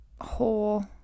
hole